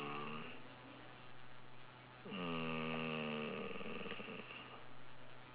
mm